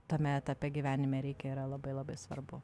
tame etape gyvenime reikia yra labai labai svarbu